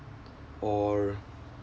or